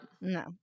No